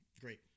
great